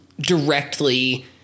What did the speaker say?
directly